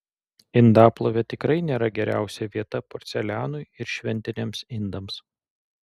indaplovė tikrai nėra geriausia vieta porcelianui ir šventiniams indams